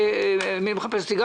"מי מחפש אותי?